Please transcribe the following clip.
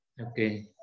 Okay